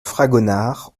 fragonard